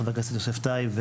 חבר הכנסת יוסף טייב,